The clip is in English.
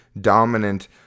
dominant